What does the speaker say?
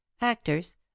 Actors